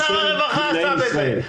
מה שר הרווחה עשה בזה?